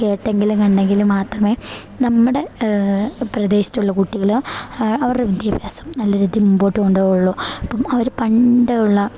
കേട്ടെങ്കിലും കണ്ടെങ്കിലും മാത്രമേ നമ്മുടെ പ്രദേശത്തുള്ള കുട്ടികൾ അവരുടെ വിദ്യാഭ്യാസം നല്ല രീതിയിൽ മുൻപോട്ടു കൊണ്ടുപോകുകയുള്ളു അപ്പം അവർ പണ്ട് ഉള്ള